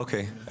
אוקיי.